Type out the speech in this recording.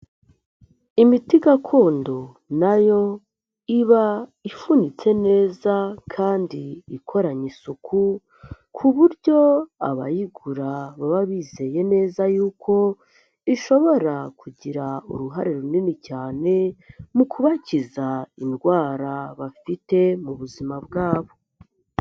Imiti gakondo nayo iba ifunitse neza kandi ikoranye isuku, ku buryo abayigura baba bizeye neza yuko ishobora kugira uruhare runini cyane, mu kubakiza indwara bafite mu buzima bwabo.